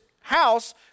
house